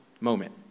moment